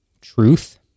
truth